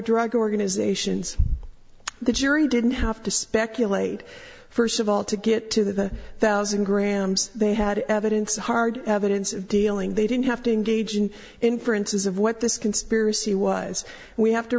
drug organizations the jury didn't have to speculate first of all to get to the thousand grams they had evidence hard evidence of dealing they didn't have to engage in inferences of what this conspiracy was and we have to